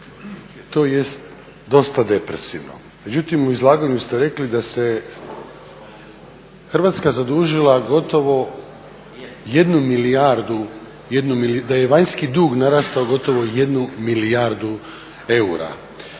To jest dosta depresivno. Međutim, u izlaganju ste rekli da se Hrvatska zadužila gotovo 1 milijardu, da je vanjski dug narastao gotovo jednu milijardu eura.